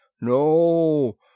No